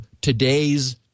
today's